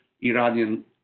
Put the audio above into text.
Iranian